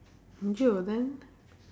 then